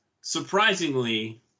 surprisingly